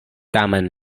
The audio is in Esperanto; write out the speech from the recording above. tamen